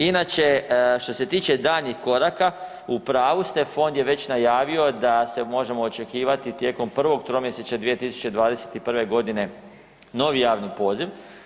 Inače što se tiče daljnjih koraka, u pravu ste, fond je već najavio da se možemo očekivati tijekom prvog tromjesečja 2021.g. novi javni poziv.